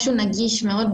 משהו נגיש מאוד,